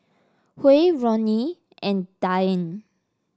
Huy Roni and Dayne